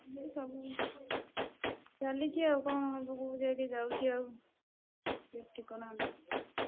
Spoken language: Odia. ଏସବୁ ଚାଲିଛି ଆଉ କେଉଁ ଜାଗେ ଯାଉଛି ଆଉ ଠିକଠିକଣା ନାହିଁ